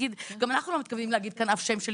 גם אנחנו לא מתכוונים להגיד כאן אף שם של